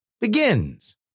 begins